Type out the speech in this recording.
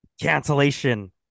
cancellation